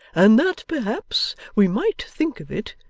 and that perhaps we might think of it,